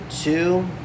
two